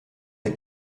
der